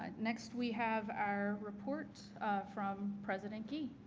ah next we have our report from president gee.